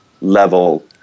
level